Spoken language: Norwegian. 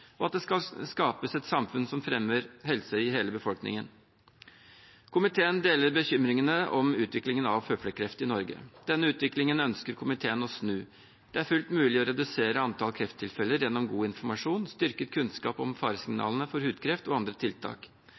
og at det skal skapes et samfunn som fremmer helse i hele befolkningen. Komiteen deler bekymringen over utviklingen av føflekkreft i Norge. Denne utviklingen ønsker komiteen å snu. Det er fullt mulig å redusere antall krefttilfeller gjennom god informasjon, styrket kunnskap om faresignalene for hudkreft og andre tiltak.